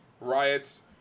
riots